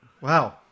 Wow